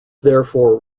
therefore